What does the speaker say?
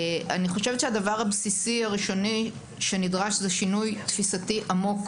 אני חושבת שהדבר הבסיסי הראשוני שנדרש הוא שינוי תפיסתי עמוק